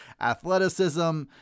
athleticism